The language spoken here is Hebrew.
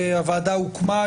הוועדה הוקמה,